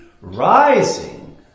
rising